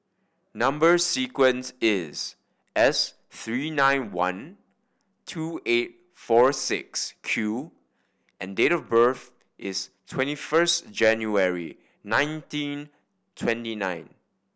number sequence is S three nine one two eight four six Q and date of birth is twenty first January nineteen twenty nine